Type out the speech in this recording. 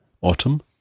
autumn